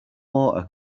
water